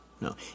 no